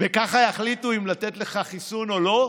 וככה יחליטו אם לתת לך חיסון או לא?